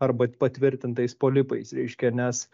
arba patvirtintais polipais reiškia nes